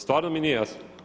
Stvarno mi nije jasno.